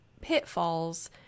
pitfalls